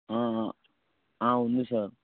ఉంది సార్